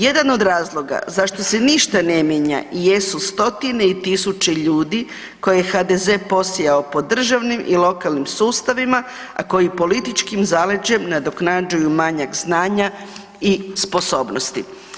Jedan od razloga zašto se ništa ne mijenja jesu stotine i tisuće ljudi koje je HDZ posijao po državnim i lokalnim sustavima, a koji političkim zaleđem nadoknađuju manjak znanja i sposobnosti.